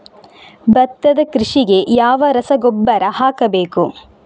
ಭತ್ತದ ಕೃಷಿಗೆ ಯಾವ ರಸಗೊಬ್ಬರ ಹಾಕಬೇಕು?